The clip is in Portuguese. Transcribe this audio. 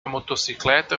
motocicleta